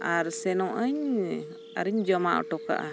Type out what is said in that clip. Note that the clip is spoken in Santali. ᱟᱨ ᱥᱮᱱᱚᱜ ᱟᱹᱧ ᱟᱨᱤᱧ ᱡᱚᱢᱟ ᱦᱚᱴᱚ ᱠᱟᱜᱼᱟ